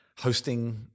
hosting